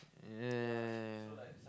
yeah yeah yeah yeah yeah